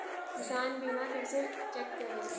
किसान बीमा कैसे चेक करें?